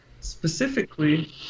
specifically